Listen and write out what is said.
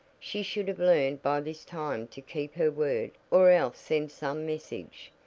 she should have learned by this time to keep her word, or else send some message.